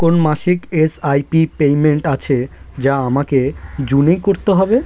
কোন মাসিক S I P payment আছে যা আমাকে জুনেই করতে হবে